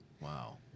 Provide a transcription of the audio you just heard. Wow